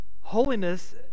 holiness